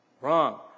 Wrong